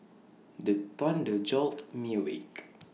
the thunder jolt me awake